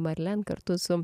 marlen kartu su